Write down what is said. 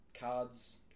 cards